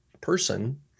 person